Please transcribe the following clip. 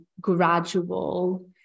gradual